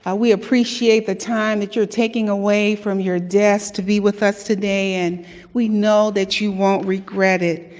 ah we appreciate the time that you're taking away from your desk to be with us today, and we know that you won't regret it.